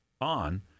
on